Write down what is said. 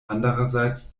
andererseits